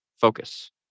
focus